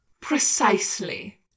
Precisely